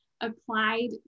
applied